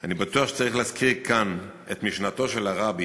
אני בטוח שצריך להזכיר כאן את משנתו של הרבי,